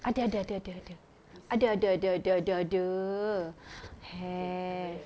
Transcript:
ada ada ada ada ada ada ada ada ada have